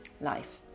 life